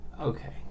okay